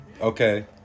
okay